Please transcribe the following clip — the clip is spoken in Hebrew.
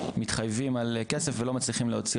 מתחייבים על כסף ולא מצליחים להוציא